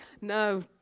No